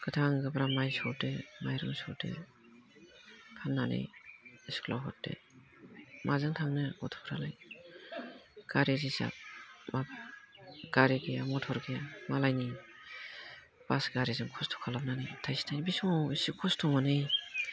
गोथां गोब्राम माइ सौदो माइरं सौदो फाननानै स्खुलाव हरदो माजों थांनो गथ'फ्रालाय गारि रिजार्भ दं गारि गैया मथर गैया मालायनि बास गारिजों खस्थ' खालामनानै थाइसे थायनै बै समाव इसे खस्थ' मोनहैयो